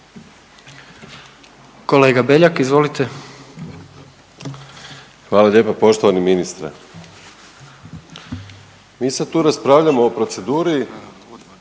**Beljak, Krešo (HSS)** Hvala lijepa poštovani ministre. Mi sad tu raspravljamo o proceduri,